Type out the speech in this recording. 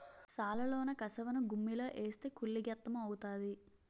సాలలోన కసవను గుమ్మిలో ఏస్తే కుళ్ళి గెత్తెము అవుతాది